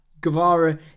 Guevara